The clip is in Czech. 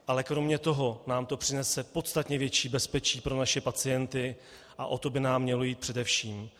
Ale kromě toho nám to přinese podstatně větší bezpečí pro naše pacienty a o to by nám mělo jít především.